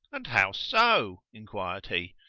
and how so? enquired he,